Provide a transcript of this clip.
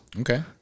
Okay